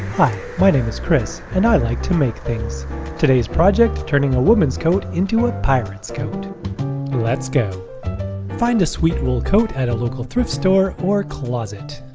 hi, my name is chris and i like to make things today's project, turning a women's coat into a pirate's coat let's go find a sweet wool coat and a local thrift store or closet.